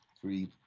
three